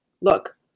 Look